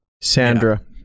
Sandra